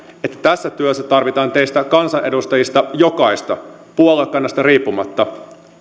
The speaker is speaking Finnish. että tässä työssä tarvitaan teistä kansanedustajista jokaista puoluekannasta riippumatta